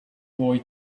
boy